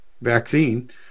vaccine